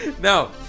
No